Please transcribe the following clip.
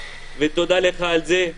ותודה לך על זה.